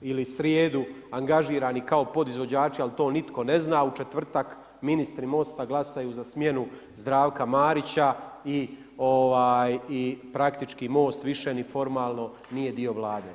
ili srijedu angažirani kao podizvođači, ali to nitko ne zna, u četvrtak ministri MOST-a glasaju za smjenu Zdravka Marića i praktički MOST više ni formalno nije dio Vlade.